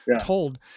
told